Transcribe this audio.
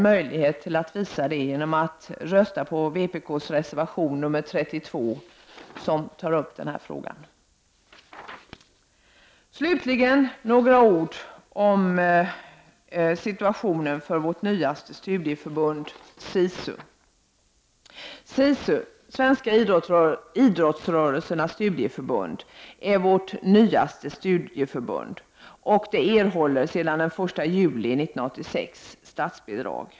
Möjligheten finns att visa det genom att rösta på vpk:s reservation 32 som tar upp denna fråga. Slutligen några ord om situationen för vårt nyaste studieförbund SISU. SISU, Svenska idrottsrörelsers studieförbund, erhåller sedan den 1 juli 1986 statsbidrag.